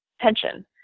tension